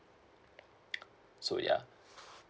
so yeah